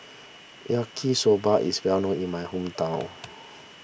Yaki Soba is well known in my hometown